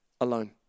alone